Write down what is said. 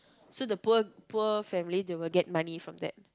so the poor poor family they will get money from that